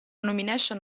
nomination